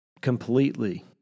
completely